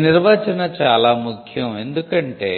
ఈ నిర్వచనం చాలా ముఖ్యం ఎందుకంటే